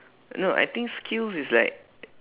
no I think skills is like